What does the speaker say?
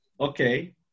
Okay